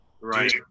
Right